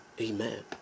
Amen